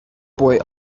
boy